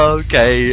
okay